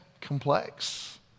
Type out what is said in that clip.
complex